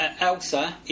Elsa